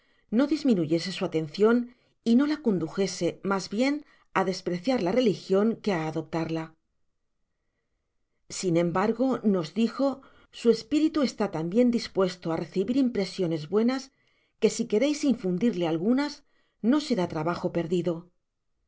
no disminuyese su atencion y no la condujese mas bien á despreciar la religion que á adoptarla sin embargo nos dijo su espiritu está tan bien dispuesto á recibir impresiones buenas que si quereis infundirle algunas no será trabajo perdido